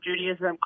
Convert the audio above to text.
Judaism